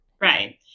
Right